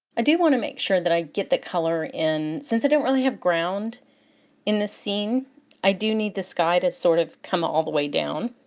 i do want to make sure that i get the color in, since i don't really have ground in this scene i do need the sky to sort of come all the way down.